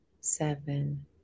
seven